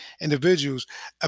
individuals